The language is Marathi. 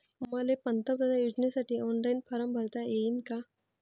मले पंतप्रधान योजनेसाठी ऑनलाईन फारम भरता येईन का?